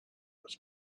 wars